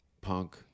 punk